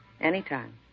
Anytime